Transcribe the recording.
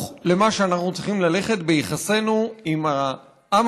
למה שאנחנו צריכים ללכת ביחסינו עם העם